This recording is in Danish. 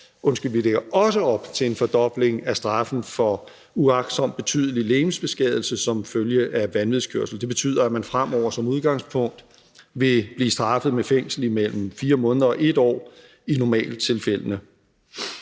fængsel. Vi lægger også op til en fordobling af straffen for uagtsom betydelig legemsbeskadigelse som følge af vanvidskørsel. Det betyder, at man fremover som udgangspunkt vil blive straffet med fængsel imellem 4 måneder og 1 år i normaltilfældene.